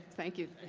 thank you.